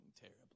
terribly